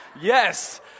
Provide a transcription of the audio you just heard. yes